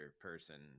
person